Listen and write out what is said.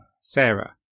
Sarah